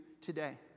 today